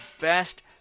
best